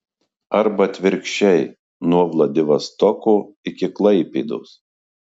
arba atvirkščiai nuo vladivostoko iki klaipėdos